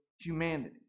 humanity